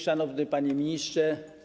Szanowny Panie Ministrze!